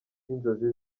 n’inzozi